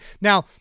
now